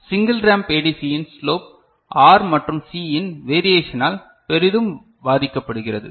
single ramp ஏடிசியின் slope R மற்றும் C இன் வேரியேஷனால் பெரிதும் பாதிக்கப்படுகிறது